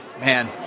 Man